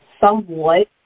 somewhat